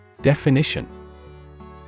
Definition